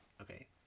Okay